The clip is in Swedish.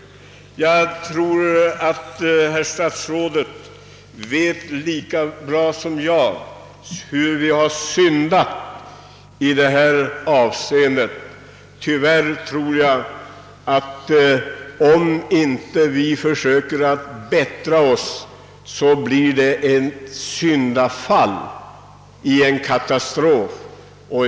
Jag tror att herr statsrådet lika bra som jag vet hur vi har syndat i detta avseende. Om vi inte försöker att bättra oss blir det ett syndafall rakt in i en katastrof.